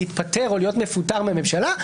להתפטר או להיות מפוטר מהממשלה,